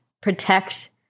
protect